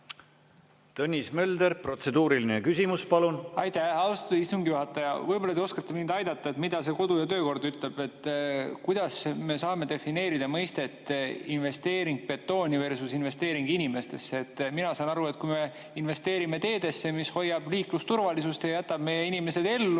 Tõnis Mölder, protseduuriline küsimus, palun! Aitäh, austatud istungi juhataja! Võib-olla te oskate mind aidata, mida see kodu‑ ja töökord ütleb. Kuidas me saame defineerida mõistet "investeering betooni"versus"investeering inimestesse"? Mina saan aru, et kui me investeerime teedesse, mis hoiab liiklusturvalisust ja jätab meie inimesed ellu,